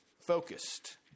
focused